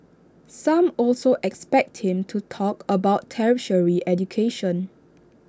some also expect him to talk about tertiary education